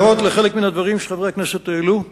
הערות על חלק מן הדברים שחברי הכנסת העלו: